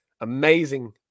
amazing